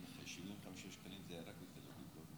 75 שקלים זה רק בתל אביב.